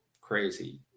crazy